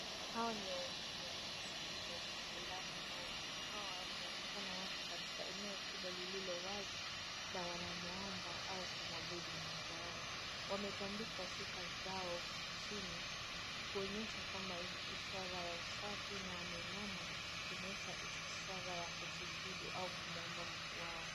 Hawa ni waumini wa dini ya Kiislamu na waumini hawa wanaonekana wapo katika eneo lililowazi na wanamuomba au kumuabudu Mungu wao. Wametandika shuka zao chini kuonyesha kwamba ishara ya usafi na wameinama kuonyesha ishara ya kusujudu au kumuomba Mungu wao.